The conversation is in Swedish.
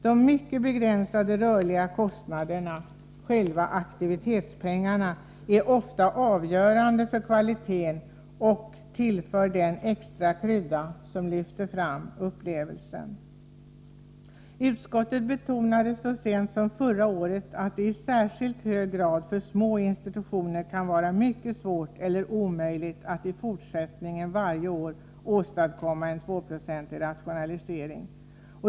De mycket begränsade rörliga kostnaderna, själva aktivitetspengarna, är ofta avgörande för kvaliteten och tillför den extra krydda som lyfter fram upplevelsen. Utskottet betonade så sent som förra året att det särskilt för små institutioner kan vara mycket svårt eller omöjligt att i fortsättningen varje år åstadkomma en 2-procentig rationalisering.